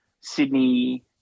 Sydney